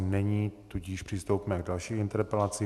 Není, tudíž přistoupíme k další interpelaci.